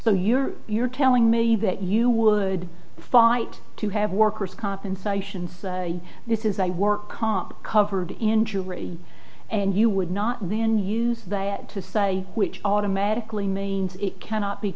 so you're you're telling me that you would fight to have workers compensation this is a work comp covered injury and you would not then use that to say which automatically means it cannot be